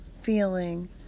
feeling